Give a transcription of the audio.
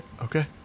Okay